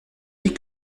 dis